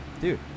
Dude